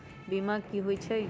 बीमा कि होई छई?